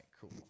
cool